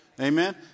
Amen